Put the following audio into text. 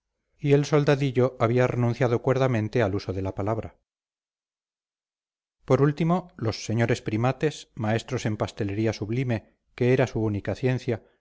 y el soldadillo había renunciado cuerdamente al uso de la palabra por último los señores primates maestros en pastelería sublime que era su única ciencia